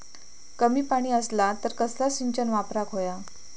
कमी पाणी असला तर कसला सिंचन वापराक होया?